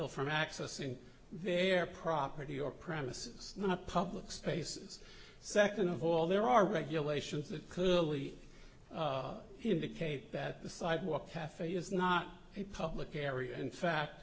hill from accessing their property or premises not public spaces second of all there are regulations that could really indicate that the sidewalk cafe is not a public area in fa